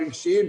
הרגשיים,